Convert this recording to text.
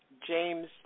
James